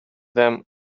them